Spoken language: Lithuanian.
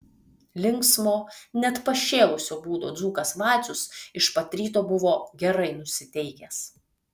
linksmo net pašėlusio būdo dzūkas vacius iš pat ryto buvo gerai nusiteikęs